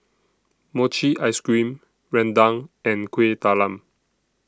Mochi Ice Cream Rendang and Kueh Talam